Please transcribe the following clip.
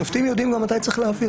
שופטים יודעים גם מתי להסיר.